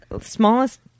smallest